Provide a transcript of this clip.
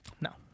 No